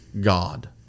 God